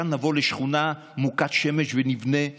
והדבר שעלה לי לראש מתוך ביקוריי בנורבגיה